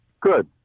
Good